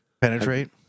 penetrate